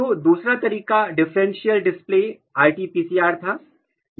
तो दूसरा तरीका डिफरेंशियल डिस्प्ले RT PCR था